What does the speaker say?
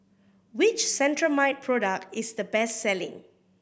which Cetrimide product is the best selling